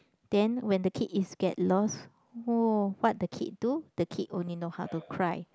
then when the kid is get lost oh what the kid do the kid only know how to cry